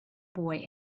boy